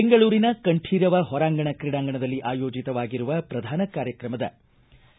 ಬೆಂಗಳೂರಿನ ಕಂಠೀರವ ಹೊರಾಂಗಣ ತ್ರೀಡಾಂಗಣದಲ್ಲಿ ಆಯೋಜಿತವಾಗಿರುವ ಪ್ರಧಾನ ಕಾರ್ಯಕ್ರಮದ ಆಯೋಜಿತವಾಗಿದೆ